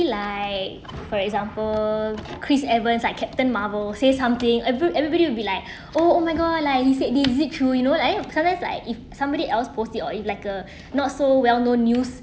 like for example chris evans like captain marvel say something eve~ everybody will be like oh oh my god like he said dizzy through you know like sometimes like if somebody else post it or it's like a not so well known news